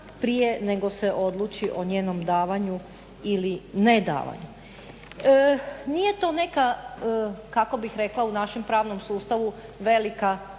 prije nego se odluči o njenom davanju ili nedavanju. Nije to neka kako bih rekla u našem pravnom sustavu velika